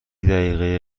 دقیقه